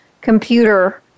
computer